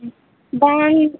ᱵᱟᱝ